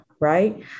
right